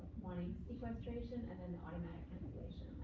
sequestration? and then automatic